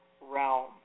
realm